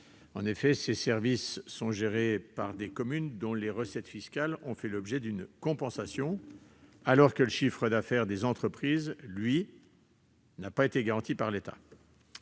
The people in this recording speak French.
En effet, ces services sont gérés par des communes, dont les recettes fiscales ont fait l'objet d'une compensation, alors que le chiffre d'affaires des entreprises, lui, n'a pas été garanti par l'État.